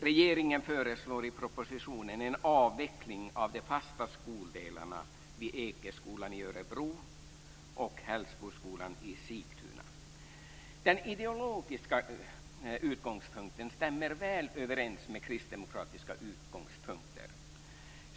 Regeringen föreslår i propositionen en avveckling av de fasta skoldelarna vid Ekeskolan i Örebro och Hällsboskolan i Sigtuna. Den ideologiska utgångspunkten stämmer väl överens med kristdemokratiska utgångspunkter.